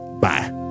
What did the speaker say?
Bye